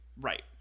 Right